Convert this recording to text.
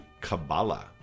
Kabbalah